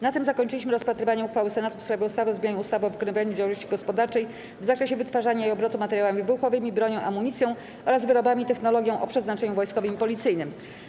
Na tym zakończyliśmy rozpatrywanie uchwały Senatu w sprawie ustawy o zmianie ustawy o wykonywaniu działalności gospodarczej w zakresie wytwarzania i obrotu materiałami wybuchowymi, bronią, amunicją oraz wyrobami i technologią o przeznaczeniu wojskowym i policyjnym.